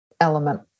element